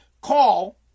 call